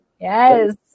Yes